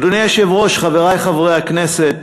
אדוני היושב-ראש, חברי חברי הכנסת,